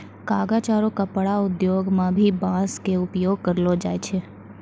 कागज आरो कपड़ा उद्योग मं भी बांस के उपयोग करलो जाय छै